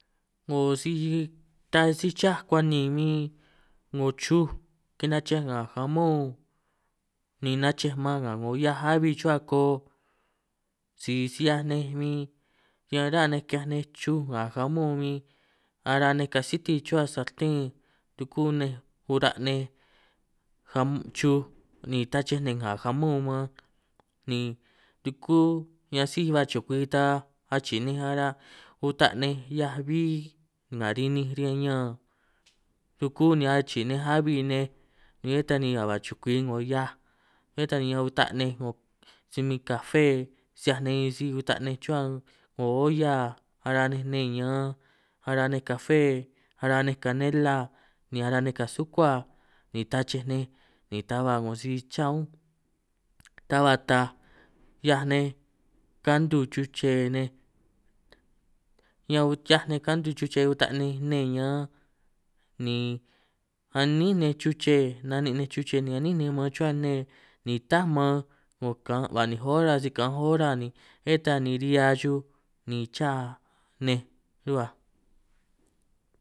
‘Ngo si taj si cháj akuan’ nī bin ‘ngō chuj kinachej ngà jamón nī nachej man ngà ‘ngō hia’aj a’bbî chuhuâ ko’o si si ‘hiaj nej bin ñan ruhuâ nej ki’hiaj nej chuj ngà jamón bin ara nej kasîti chuhuâ sartén dukû nej uta’ nej ka’ chuj ni tnachej ninj ngà jamón man nī dukû ‘hiaj síj ba chukwi ta achi’i nej ara nej ûta’ nej hia’aj bbí ngà rininj riñan ñaan rukû nī achi’i nej ngà rininj riñan ña’an rukû nī achi’i nej a’bbi nej nī bé taj nī ka’ ba chukwi ‘ngō hiaj bé ta nī ñan uta’ nej ‘ngō si min kafé si ‘hiaj nej bin si ûta’ nej chuhuâ ‘ngō olla ara nej nne ñaan ara nej kafé ara nej kanêla nī ara nej kasûkua nī tnachej nej nī ta ba ‘ngō si chaā unj ta ba taaj ‘hia nej kantu chuche nej ñan ’hiaj nej kantu chuche ûta nej nne ñaan nī a’nín nej chuche na’nin’ ninj chuche nī a’nín maan chuhuâ nne ni tâj man ‘ngō ka’ ba’nìnj hora si kā’anj hora nī bé ta nī ri’hia chuj nī châ nej rû’huaj.